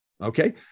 Okay